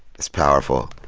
it's powerful.